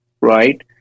right